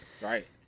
Right